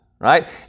Right